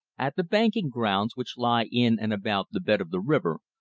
at the banking grounds, which lie in and about the bed of the river,